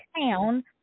town